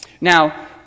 Now